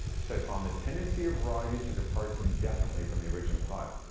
said on the tendency of varieties to depart indefinitely from the original type.